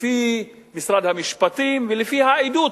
לפי משרד המשפטים ולפי העדות